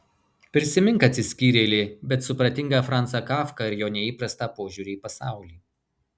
prisimink atsiskyrėlį bet supratingą francą kafką ir jo neįprastą požiūrį į pasaulį